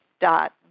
dot